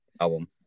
album